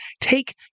take